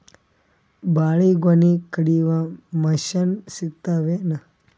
ಬಾಳಿಗೊನಿ ಕಡಿಯು ಮಷಿನ್ ಸಿಗತವೇನು?